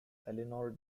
elinor